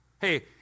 Hey